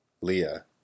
Leah